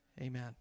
Amen